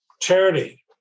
Charity